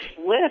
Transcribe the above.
list